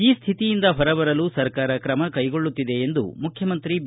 ಈ ಸ್ವಿತಿಯಿಂದ ಹೊರಬರಲು ಸರ್ಕಾರ ಕ್ರಮ ಕೈಗೊಳ್ಳುತ್ತಿದೆ ಎಂದು ಮುಖ್ಯಮಂತ್ರಿ ಬಿ